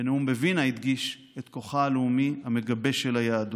בנאום בווינה הדגיש את כוחה הלאומי המגבש של היהדות,